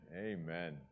Amen